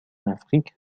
afrique